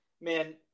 man